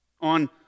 on